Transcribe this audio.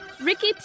Ricky